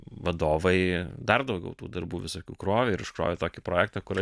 vadovai dar daugiau tų darbų visokių krovė ir užkrovė tokį projektą kur